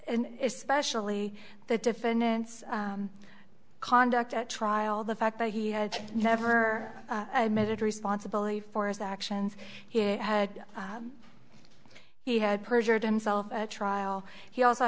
and especially the defendant's conduct at trial the fact that he had never admitted responsibility for us actions he had he had perjured himself at trial he also